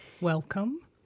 Welcome